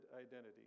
identity